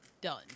done